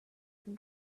can